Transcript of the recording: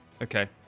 Okay